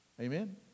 Amen